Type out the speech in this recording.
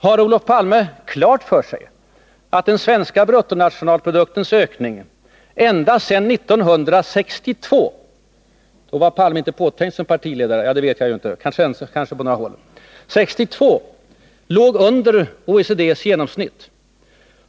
Har Olof Palme klart för sig att ökningen av den svenska bruttonationalprodukten ända sedan 1962 — jag tror inte att Olof Palme då var påtänkt som partiledare, ja, kanske på några håll — låg under OECD:s genomsnitt?